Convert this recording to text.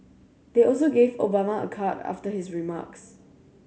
they also gave Obama a card after his remarks